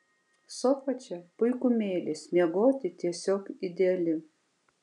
sofa čia puikumėlis miegoti tiesiog ideali